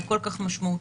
היא כל כך משמעותית,